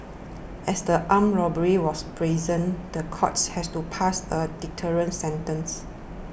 as the armed robbery was brazen the courts has to pass a deterrent sentence